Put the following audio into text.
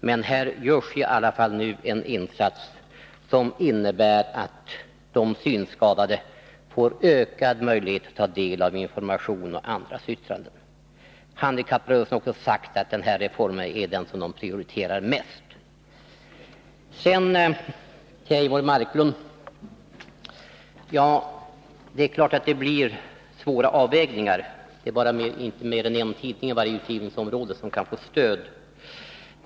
Men här görs ialla fall nu en insats som innebär att de synskadade får ökad möjlighet att ta del av information och andras yttranden. Handikapprörelsen har också sagt att denna reform är den som rörelsen prioriterar högst. Till Eivor Marklund vill jag säga följande. Det är klart att det blir svåra avvägningar — det blir nog inte mer än en tidning i varje tidningsområde som kan få stöd.